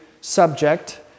subject